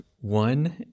one